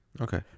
okay